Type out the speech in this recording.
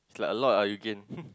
it's like a lot ah you gain